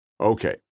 Okay